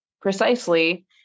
precisely